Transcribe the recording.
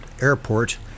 airport